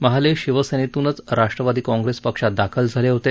महाले शिवसेनेतूनच राष्ट्रवादी काँग्रेस पक्षात दाखल झाले होते